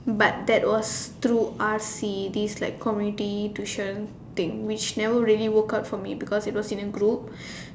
but that was through R_C these like community tuition thing which never really work out for me because it was in a group